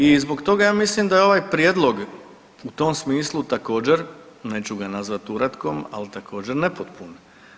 I zbog toga ja mislim da je ovaj prijedlog u tom smislu također neću ga nazvati uratkom ali također nepotpun.